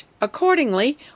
Accordingly